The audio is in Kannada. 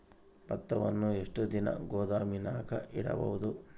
ಭತ್ತವನ್ನು ಎಷ್ಟು ದಿನ ಗೋದಾಮಿನಾಗ ಇಡಬಹುದು?